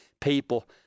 people